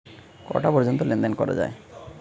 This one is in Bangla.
কটা পর্যন্ত লেন দেন করা য়ায়?